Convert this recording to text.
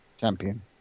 Champion